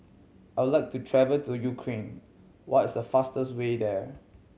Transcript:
I would like to travel to Ukraine what is the fastest way there